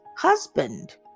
husband